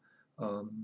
um